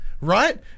right